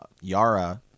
Yara